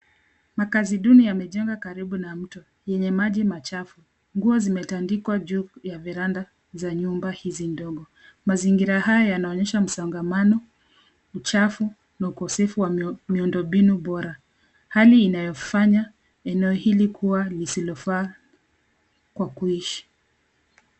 Makazi duni yamejenga karibu na mto, yenye maji machafu, nguo zimetandikwa juu ya veranda za nyumba hizi ndogo. Mazingira haya yanaonyesha msongamano, uchafu, na ukosefu wa mi, miundo mbinu bora. Hali inayofanya eneo hili kuwa lisilofaa kwa kuishi.